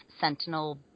sentinel